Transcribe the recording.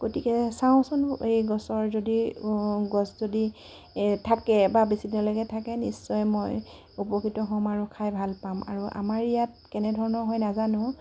গতিকে চাওঁচোন এই গছৰ যদি গছ যদি থাকে বা বেছি দিনলৈকে থাকে নিশ্চয় মই উপকৃত হ'ম আৰু খাই ভাল পাম আৰু আমাৰ ইয়াত কেনেধৰণৰ হয় নাজানো